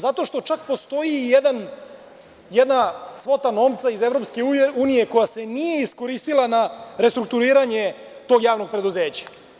Zato što čak postoji jedna svota novca iz EU koja se nije iskoristila na restrukturiranje tog javnog preduzeća.